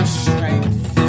strength